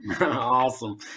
Awesome